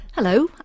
Hello